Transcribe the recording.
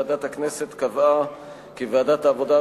ועדת הכנסת קבעה כי ועדת העבודה,